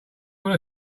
want